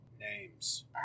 Names